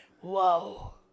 Whoa